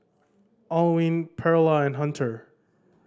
Alwine Perla and Hunter